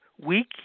weak